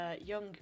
young